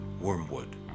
Wormwood